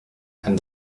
and